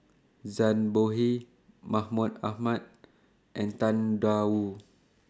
Zhang Bohe Mahmud Ahmad and Tang DA Wu